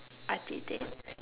I did that